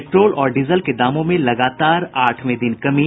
petrol और diesel के दामों में लगातार आठवें दिन कमी